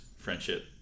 friendship